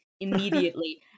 immediately